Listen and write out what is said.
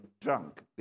drunk